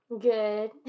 Good